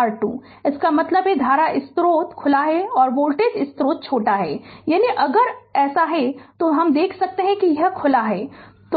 R2 इसका मतलब है धारा स्रोत खुला है और वोल्टेज स्रोत छोटा है यानी अगर अब अगर ऐसा है तो देख सकते हैं कि यह खुला है